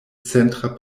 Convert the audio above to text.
centra